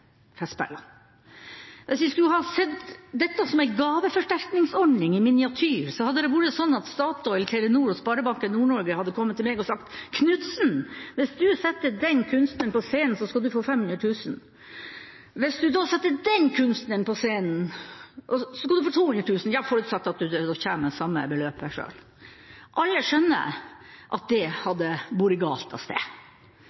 Hvis vi skulle ha sett dette som en gaveforsterkningsordning i miniatyr, så hadde Statoil, Telenor og Sparebanken Nord-Norge kommet til meg og sagt: «Knutsen, hvis du setter den kunstneren på scenen, så skal du få 500 000 kr. Hvis du da setter den kunstneren på scenen, så skal du få 200 000 kr forutsatt at du kommer med samme beløpet selv». Alle skjønner at det hadde båret galt av sted.